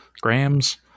grams